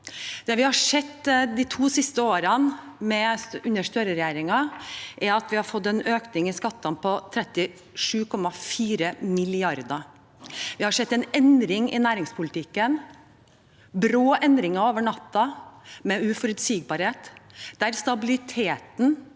Det vi har sett de to siste årene under Støre-regjeringen, er at vi har fått en økning i skattene på 37,4 mrd. kr. Vi har sett en endring i næringspolitikken, brå endringer over natten og uforutsigbarhet. Stabiliteten